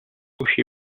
uscì